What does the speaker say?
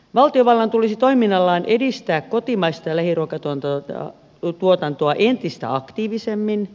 valtiovallan tulisi toiminnallaan edistää kotimaista lähiruokatuotantoa entistä aktiivisemmin